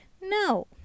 no